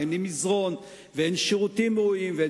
מזרון ושירותים ראויים,